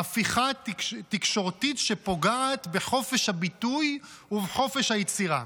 "הפיכה תקשורתית שפוגעת בחופש הביטוי ובחופש היצירה",